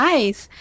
Nice